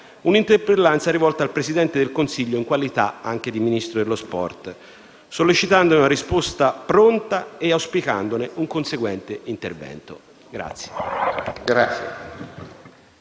un'interpellanza rivolta al Presidente del Consiglio in qualità di Ministro allo sport, sollecitandone una pronta risposta e auspicandone un conseguente intervento.